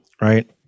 right